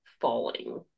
falling